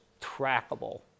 trackable